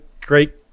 great